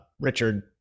Richard